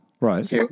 Right